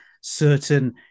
certain